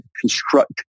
construct